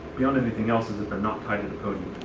beyond anything else, is that they're not tied to the podium.